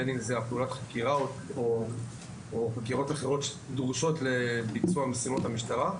בין אם זו פעולת חקירה או חקירות אחרות שדרושות לביצוע משימות המשטרה,